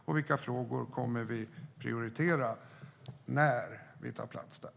Och vilka frågor kommer vi att prioritera när vi tar plats där?